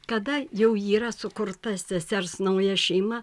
kada jau yra sukurta sesers nauja šeima